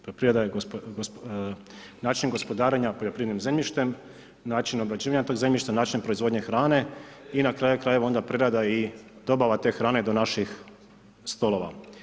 Poljoprivreda je način gospodarenja poljoprivrednim zemljištem, način obrađivanja tog zemljišta, način proizvodnje hrane i na kraju krajeva prerada i dobava te hrane do naših stolova.